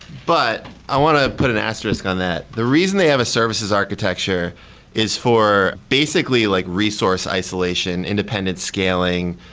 but i want to put an asterisk on that. the reason they have a services architecture is for basically like resource isolation, independent scaling,